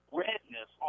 redness